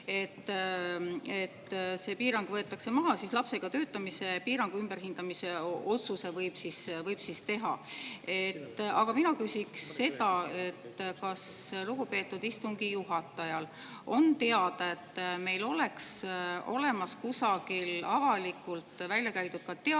et see piirang võetakse maha, seega lapsega töötamise piirangu ümberhindamise otsuse võib teha. Aga mina küsiksin seda, kas lugupeetud istungi juhatajal on teada see, et meil oleks olemas ka kusagil avalikult välja käidud teaduslik